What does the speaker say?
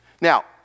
Now